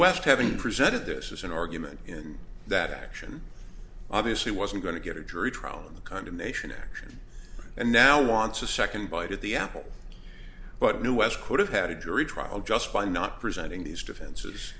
west having presented this is an argument in that action obviously wasn't going to get a jury trial and the condemnation action and now wants a second bite at the apple but new west could have had a jury trial just by not presenting these defenses